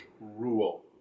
rule